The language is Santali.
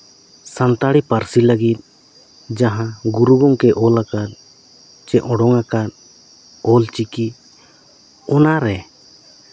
ᱥᱟᱱᱛᱟᱲᱤ ᱯᱟᱹᱨᱥᱤ ᱞᱟᱹᱜᱤᱫ ᱡᱟᱦᱟᱸ ᱜᱩᱨᱩ ᱜᱚᱢᱠᱮ ᱚᱞ ᱟᱠᱟᱫ ᱪᱮ ᱚᱰᱳᱝ ᱟᱠᱟᱱ ᱚᱞ ᱪᱤᱠᱤ ᱚᱱᱟ ᱨᱮ